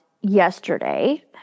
yesterday